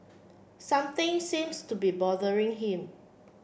something seems to be bothering him